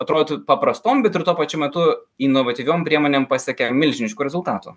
atrodytų paprastom bet ir tuo pačiu metu inovatyviom priemonėm pasiekia milžiniškų rezultatų